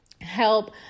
help